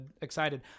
excited